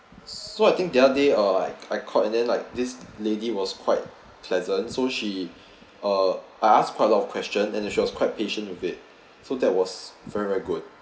so I think the other day uh I I called and then like this lady was quite pleasant so she uh I ask quite a lot of questions and she was quite patient with it so that was very very good